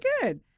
good